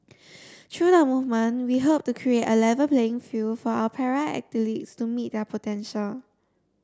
through the movement we hope to create A Level playing field for our para athletes to meet their potential